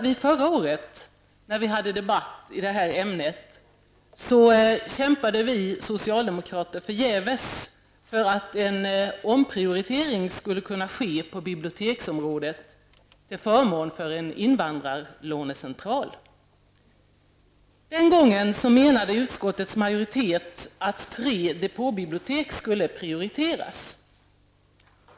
Vid förra årets debatt i detta ärende kämpade vi socialdemokrater förgäves för att en omprioritering skulle ske på biblioteksområdet till förmån för en invandrarlånecentral. Den gången menade utskottets majoritet att tre depåbibliotek skulle prioriteras.